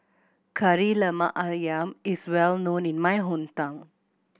Kari Lemak Ayam is well known in my hometown